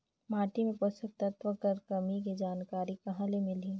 माटी मे पोषक तत्व कर कमी के जानकारी कहां ले मिलही?